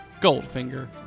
Goldfinger